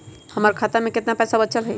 हमर खाता में केतना पैसा बचल हई?